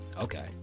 Okay